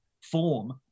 form